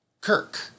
Kirk